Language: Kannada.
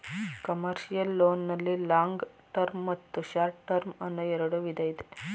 ಕಮರ್ಷಿಯಲ್ ಲೋನ್ ನಲ್ಲಿ ಲಾಂಗ್ ಟರ್ಮ್ ಮತ್ತು ಶಾರ್ಟ್ ಟರ್ಮ್ ಅನ್ನೋ ಎರಡು ವಿಧ ಇದೆ